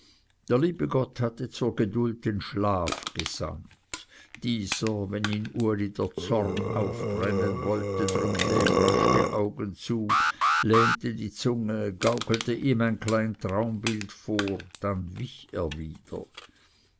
der liebe gott hatte zur geduld den schlaf gesandt dieser wenn in uli der zorn aufbrennen wollte drückte ihm rasch die augen zu lähmte die zunge gaukelte ihm ein klein traumbild vor dann wich er wieder